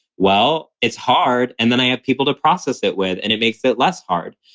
well, it's hard. and then i have people to process it with and it makes it less hard.